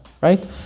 Right